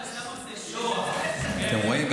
אתם רואים?